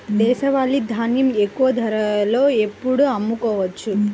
దేశవాలి ధాన్యం ఎక్కువ ధరలో ఎప్పుడు అమ్ముకోవచ్చు?